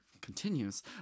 continues